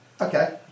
Okay